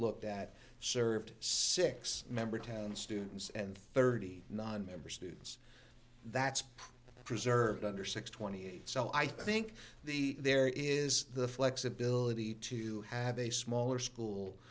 looked at served six member towns students and thirty nine member students that's preserved under six twenty eight so i think the there is the flexibility to have a smaller school